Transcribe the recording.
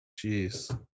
Jeez